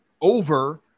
over